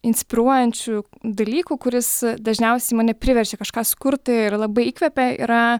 inspiruojančių dalykų kuris dažniausiai mane priverčia kažką sukurt ir labai įkvepia yra